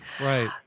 Right